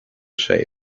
shape